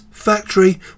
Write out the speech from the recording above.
factory